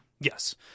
Yes